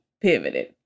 pivoted